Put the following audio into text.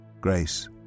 Grace